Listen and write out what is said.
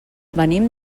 venim